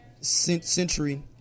Century